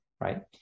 Right